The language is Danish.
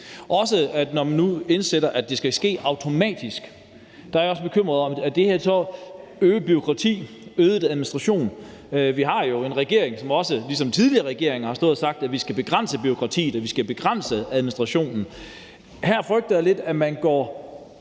til at man nu indsætter, at det skal ske automatisk, er jeg bekymret for, om det er øget bureaukrati, øget administration. Vi har jo en regering, som også ligesom tidligere regeringer har stået og sagt: Vi skal begrænse bureaukratiet, vi skal begrænse administrationen. Her frygter jeg lidt, at man går